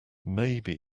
maybe